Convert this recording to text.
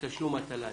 תשלום התל"נים.